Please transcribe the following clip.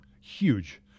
Huge